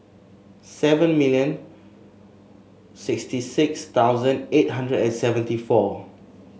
seven million sixty six thousand eight hundred and seventy four